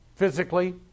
physically